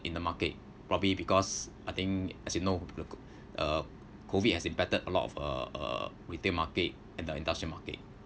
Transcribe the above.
in the market probably because I think as you know th~ co~ uh COVID has impacted a lot of uh uh retail market and the industrial market